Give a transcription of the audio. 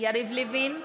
יריב לוין,